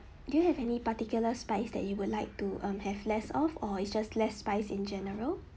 do you have any particular spice that you would like to um have less of or it's just less spice in general